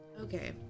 Okay